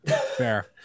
Fair